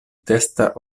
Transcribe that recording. testa